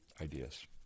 ideas